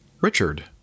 Richard